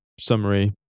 summary